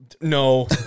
No